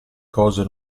cose